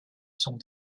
sont